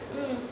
mm